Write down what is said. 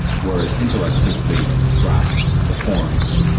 whereas intellect simply grasps the forms.